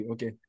Okay